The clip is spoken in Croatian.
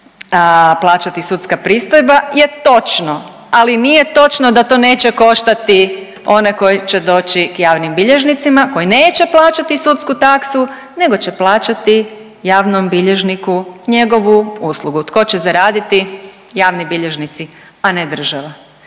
plaćati sudska pristojba je točno, ali nije točno da to neće koštati one koji će doći k javnim bilježnicima, koji neće plaćati sudsku taksu nego će plaćati javnom bilježniku njegovom uslugu. Tko će zaraditi? Javni bilježnici, a ne država.